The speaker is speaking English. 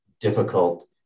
difficult